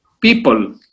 people